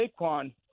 Saquon